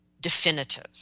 definitive